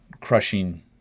crushing